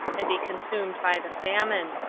and be consumed by the famine,